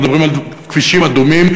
אנחנו מדברים על כבישים אדומים,